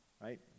right